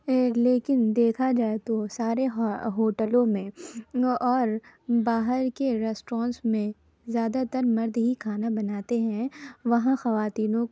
لیکن دیکھا جائے تو سارے ہوٹلوں میں اور باہر کے ریسٹرونس میں زیادہ تر مرد ہی کھانا بناتے ہیں وہاں خواتین